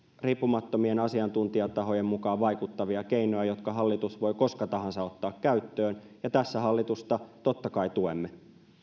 riippumattomien asiantuntijatahojen mukaan vaikuttavia keinoja jotka hallitus voi koska tahansa ottaa käyttöön ja tässä hallitusta totta kai tuemme